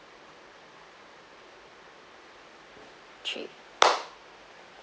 three